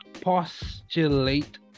postulate